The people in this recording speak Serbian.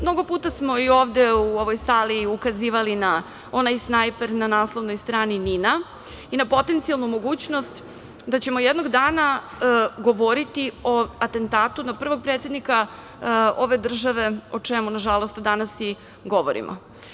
Mnogo puta smo i ovde u ovoj sali ukazivali na onaj snajper na naslovnoj strani NIN-a i na potencijalnu mogućnost da ćemo jednog dana govoriti o atentatu na prvog predsednika ove države, o čemu nažalost danas i govorimo.